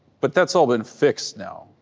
but that's all been fixed now.